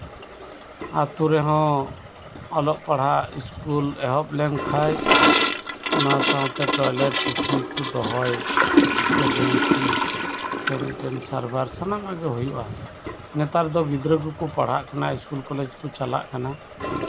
ᱟᱹᱛᱩ ᱨᱮᱦᱚᱸ ᱚᱞᱚᱜ ᱯᱟᱲᱦᱟᱜ ᱥᱠᱩᱞ ᱮᱦᱚᱵ ᱞᱮᱱᱠᱷᱟᱱ ᱚᱱᱟ ᱥᱟᱶᱛᱮ ᱴᱚᱭᱞᱮᱴ ᱯᱩᱛᱷᱤ ᱠᱚ ᱫᱚᱦᱚᱭ ᱥᱮ ᱵᱮᱧᱪᱤ ᱥᱮ ᱢᱤᱫᱴᱟᱱ ᱥᱟᱨᱵᱷᱟᱨ ᱥᱟᱱᱟᱢᱟᱜ ᱜᱮ ᱦᱩᱭᱩᱜᱼᱟ ᱱᱮᱛᱟᱨ ᱫᱚ ᱜᱤᱫᱽᱨᱟᱹ ᱠᱚ ᱠᱚ ᱯᱟᱲᱦᱟᱜ ᱠᱟᱱᱟ ᱥᱠᱩᱞ ᱠᱚᱞᱮᱡᱽ ᱠᱚ ᱪᱟᱞᱟᱜ ᱠᱟᱱᱟ